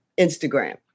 Instagram